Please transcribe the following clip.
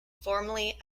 formerly